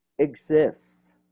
exists